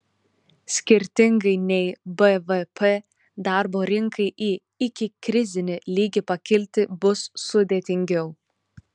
skirtingai nei bvp darbo rinkai į ikikrizinį lygį pakilti bus sudėtingiau